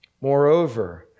Moreover